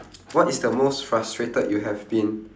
what is the most frustrated you have been